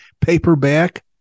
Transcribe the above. paperback